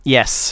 Yes